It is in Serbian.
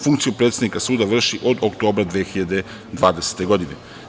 Funkciju predsednika suda vrši od oktobra 2020. godine.